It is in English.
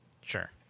sure